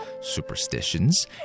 superstitions